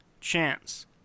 chance